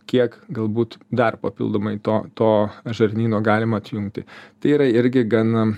kiek galbūt dar papildomai to to žarnyno galima atjungti tai yra irgi gan